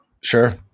Sure